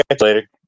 later